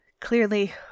clearly